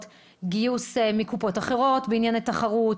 גיוס מקופות אחרות בענייני תחרות,